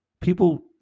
People